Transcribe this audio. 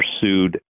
pursued